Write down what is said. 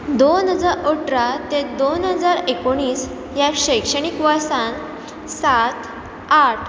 दोन हजार अठरा ते दोन हजार एकोणीस ह्या शैक्षणीक वर्सान सात आठ